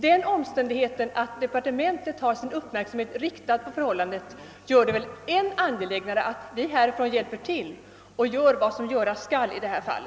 Den omständigheten, att departementet har sin uppmärksamhet riktad på förhållandet, gör det väl än mer angeläget att vi hjälper till och gör vad som skall göras i detta fall.